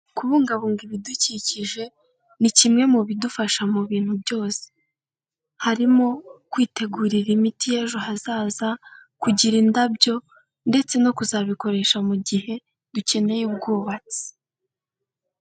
Kubungabunga ibidukikije, ni kimwe mu bidufasha mu bintu byose. Harimo kwitegurira imiti y'ejo hazaza, kugira indabyo ndetse no kuzabikoresha mu gihe dukeneye ubwubatsi.